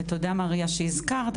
ותודה מריה שהזכרת,